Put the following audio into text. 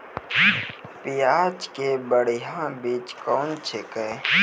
प्याज के बढ़िया बीज कौन छिकै?